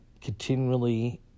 continually